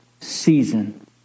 season